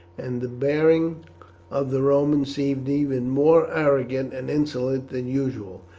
and the bearing of the romans seemed even more arrogant and insolent than usual.